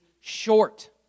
short